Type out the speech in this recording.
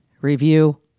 review